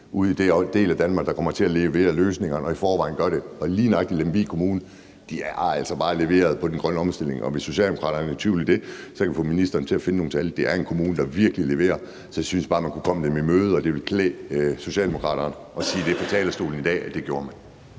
ude i den del af Danmark, der kommer til at levere løsningerne og i forvejen gør det. Lige nøjagtig Lemvig Kommune har altså bare leveret på den grønne omstilling, og hvis Socialdemokraterne er i tvivl om det, så kan jeg få ministeren til at finde nogle tal. Det er en kommune, der virkelig leverer. Så jeg synes bare, at man kunne komme dem i møde, og at det ville klæde Socialdemokraterne at sige fra talerstolen i dag, at det gør man.